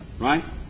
right